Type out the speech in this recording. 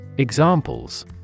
Examples